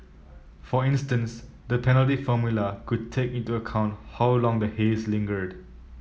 for instance the penalty formula could take into account how long the haze lingered